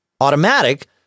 Automatic